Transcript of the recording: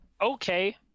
okay